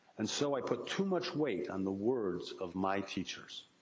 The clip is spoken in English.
and so, i put too much weight on the words of my teachers.